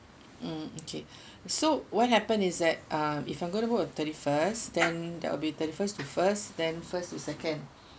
mm okay so what happen is that uh if I'm going to go on thirty first then that will be the first to first then first to second